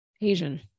Asian